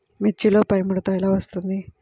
మిర్చిలో పైముడత ఎలా వస్తుంది?